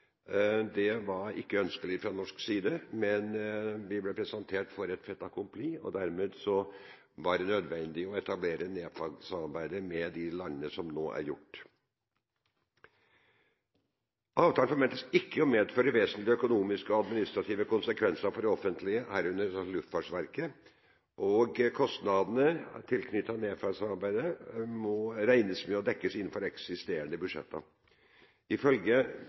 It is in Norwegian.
Det var ikke ønskelig fra norsk side, men vi ble presentert for et fait accompli, og dermed var det nødvendig å etablere NEFAB-samarbeidet med de landene man nå har gjort. Avtalen forventes ikke å medføre vesentlige økonomiske og administrative konsekvenser for det offentlige, herunder Luftfartsverket, og kostnadene tilknyttet NEFAB-samarbeidet må regnes med å dekkes innenfor eksisterende budsjetter. Ifølge